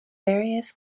various